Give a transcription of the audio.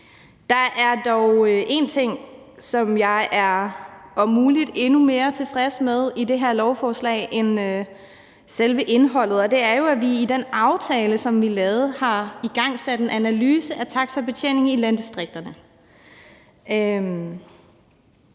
Der er dog én ting, som jeg er muligt endnu er mere tilfreds med ved det her lovforslag end selve indholdet, og det er, at vi jo i den aftale, som vi lavede, har igangsat en analyse af taxabetjeningen i landdistrikterne.